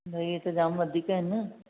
भई हे त जाम वधीक आहिनि